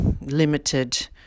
limited